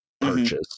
purchase